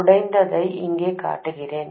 உடைந்ததை இங்கே காட்டுகிறேன்